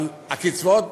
אבל הקצבאות